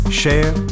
share